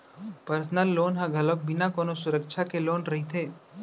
personal loan ह घलोक बिना कोनो सुरक्छा के लोन रहिथे